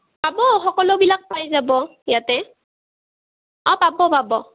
পাব সকলোবিলাক পাই যাব ইয়াতে অঁ পাব পাব